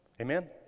Amen